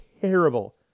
terrible